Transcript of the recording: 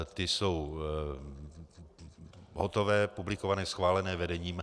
Ty jsou hotové, publikované, schválené vedením.